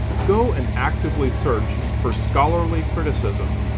go and actively search for scholarly criticism,